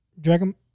Dragon